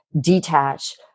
detach